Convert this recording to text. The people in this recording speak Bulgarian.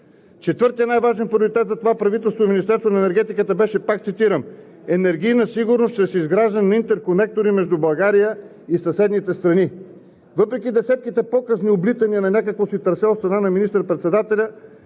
Четвъртият най-важен приоритет за това правителство и Министерството на енергетиката беше – пак цитирам: „Енергийна сигурност чрез изграждане на интерконектори между България и съседните страни.“ Въпреки десетките показни облитания на някакво си трасе от страна на министър-председателя